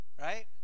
right